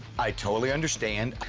i totally understand,